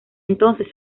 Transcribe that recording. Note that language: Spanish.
entonces